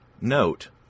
note